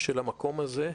של המקום הזה,